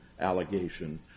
allegation